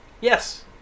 Yes